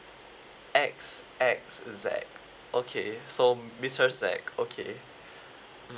X X Z okay so missus Z okay